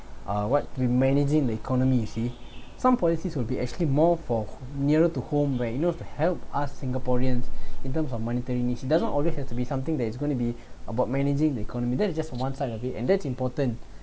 uh what we managing the economy you see some policies will be actually more for nearer to home where you know to help us singaporeans in terms of monetary need doesn't always have to be something that is going to be about managing the economy that's just on one side of it and that's important